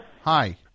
Hi